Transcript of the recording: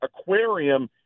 aquarium